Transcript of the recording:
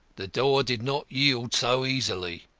the door did not yield so easily.